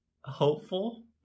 hopeful